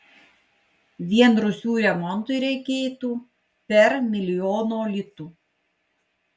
vien rūsių remontui reikėtų per milijono litų